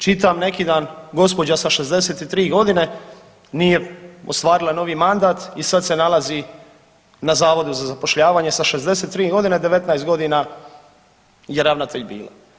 Čitam neki dan gospođa sa 63 godine nije ostvarila novi mandat i sad se nalazi na zavodu za zapošljavanje sa 63 godine, 19 godina je ravnatelj bila.